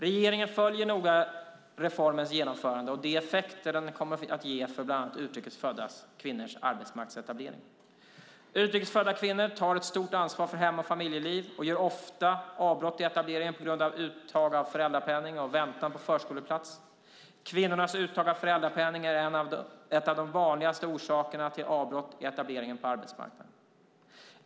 Regeringen följer noga reformens genomförande och de effekter den kommer att ge för bland andra utrikesfödda kvinnors arbetsmarknadsetablering. Utrikesfödda kvinnor tar ett stort ansvar för hem och familjeliv och gör ofta avbrott i etableringen på grund av uttag av föräldrapenning och väntan på förskoleplats. Kvinnornas uttag av föräldrapenning är en av de vanligaste orsakerna till avbrott i etableringen på arbetsmarknaden.